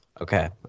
okay